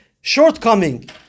shortcoming